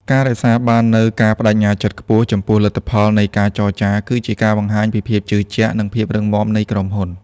ការរក្សាបាននូវ "ការប្តេជ្ញាចិត្តខ្ពស់" ចំពោះលទ្ធផលនៃកិច្ចចរចា គឺជាការបង្ហាញពីភាពជឿជាក់ និងភាពរឹងមាំនៃក្រុមហ៊ុន។